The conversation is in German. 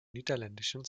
niederländischen